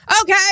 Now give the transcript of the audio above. okay